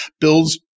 builds